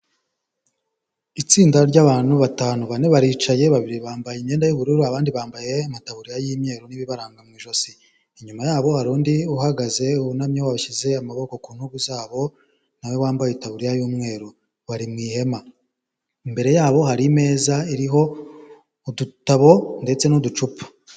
Itsinda ry'abantu batanu, bane baricaye, babiri bambaye imyenda y'ubururu, abandi bambaye amataburiya y'imyeru n'ibibaranga mu ijosi, inyuma yabo hari undi uhagaze, wunamye washyize amaboko ku ntugu zabo, nawe wambaye itaburiya y'umweru, bari mu ihema, imbere yabo hari imeza iriho udutabo ndetse n'uducupa.